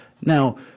Now